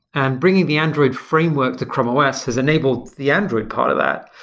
and bringing the android framework to chrome os has enabled the android part of that.